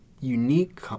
unique